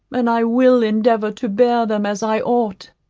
and i will endeavour to bear them as i ought.